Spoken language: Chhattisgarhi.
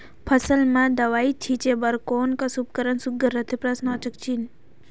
फसल म दव ई छीचे बर कोन कस उपकरण सुघ्घर रथे?